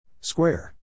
Square